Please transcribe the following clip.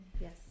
Yes